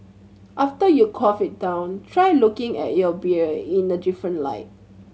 after you quaff it down try looking at your beer in a different light